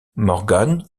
morgan